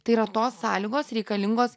tai yra tos sąlygos reikalingos